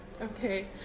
Okay